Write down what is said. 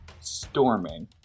storming